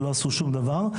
ולא עשו שום דבר.